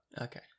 Okay